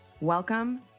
Welcome